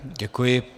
Děkuji.